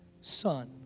son